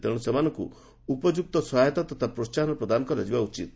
ତେଣୁ ସେମାନଙ୍କୁ ଉପଯୁକ୍ତ ସହାୟତା ତଥା ପ୍ରୋହାହନ ପ୍ରଦାନ କରାଯିବା ଉଚିତ୍